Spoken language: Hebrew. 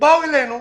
באו אלינו,